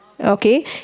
Okay